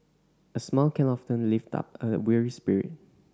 a smile can often lift up a weary spirit